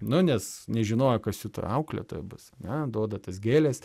nu nes nežinojo kas jų ta auklėtoja bus ar ne duoda tas gėles